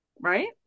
Right